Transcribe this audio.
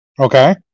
Okay